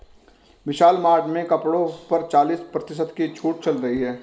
विशाल mart में कपड़ों पर चालीस प्रतिशत की छूट चल रही है